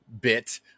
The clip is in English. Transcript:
bit